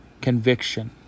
conviction